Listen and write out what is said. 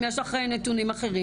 אם יש לך נתונים אחרים,